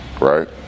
right